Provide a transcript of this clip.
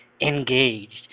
engaged